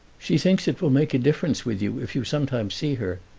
she thinks it will make a difference with you if you sometimes see her.